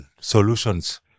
solutions